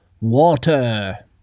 water